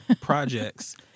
projects